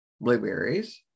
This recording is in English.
blueberries